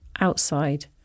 outside